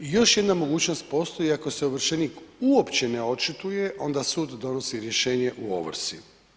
I još jedna mogućnost postoji, ako se ovršenik uopće ne očituje, onda sud donosi rješenje u ovrsi.